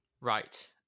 right